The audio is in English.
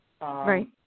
Right